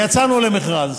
יצאנו למכרז,